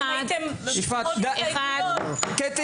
אם הייתם עם פחות הסתייגויות --- קטי,